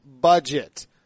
budget